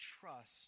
trust